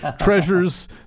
treasures